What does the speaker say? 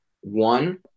one